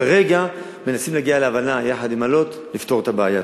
כרגע מנסים להגיע להבנה יחד עם אלו"ט לפתור את הבעיה.